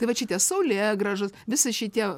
tai vat šitie saulėgrąžos visi šitie